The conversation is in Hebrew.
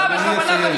ולכן אדוני יסיים.